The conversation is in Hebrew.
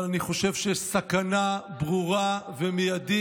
אבל אני חושב שיש סכנה ברורה ומיידית